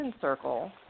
circle